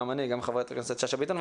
גם אני וגם חברת הכנסת שאשא-ביטון,